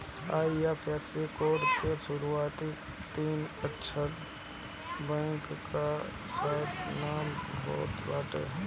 IFSC code के शुरूआती तीन अक्षर बैंक कअ शार्ट नाम होत बाटे